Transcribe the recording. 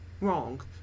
wrong